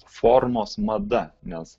formos mada nes